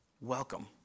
Welcome